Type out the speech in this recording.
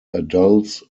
adults